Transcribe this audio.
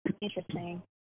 Interesting